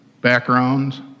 backgrounds